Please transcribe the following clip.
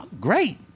great